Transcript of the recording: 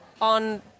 on